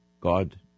God